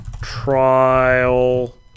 trial